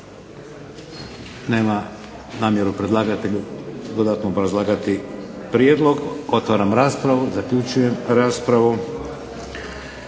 Nema namjeru predlagatelj dodatno obrazlagati prijedlog. Otvaram raspravu. Zaključujem raspravu.